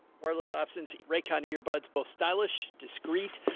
wireless options. ray county earbuds, both stylish, discreet,